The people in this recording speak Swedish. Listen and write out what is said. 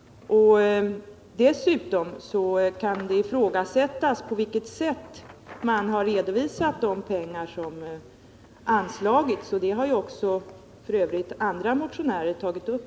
Dessutom kan det ifrågasättas på vilket sätt de pengar som redan anslagits har redovisats. Det har f. ö. också andra motionärer tagit upp.